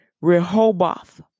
Rehoboth